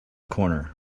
corner